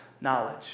knowledge